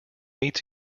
meets